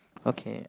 okay